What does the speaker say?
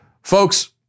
Folks